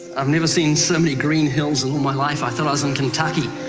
i've never seen so many green hills in all my life. i thought i was in kentucky.